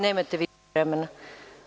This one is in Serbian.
Nemate više vremena.